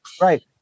Right